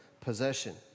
possession